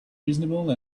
reasonable